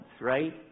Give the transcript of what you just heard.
right